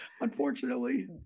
unfortunately